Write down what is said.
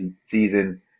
season